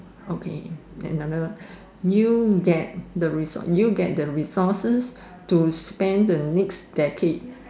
okay another you get the resource you get the resources to spend the next decade